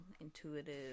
intuitive